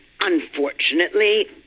unfortunately